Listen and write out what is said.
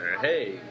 hey